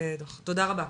תודה רבה,